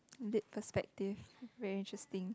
did perspective very interesting